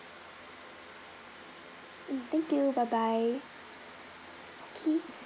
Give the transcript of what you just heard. mm thank you bye bye k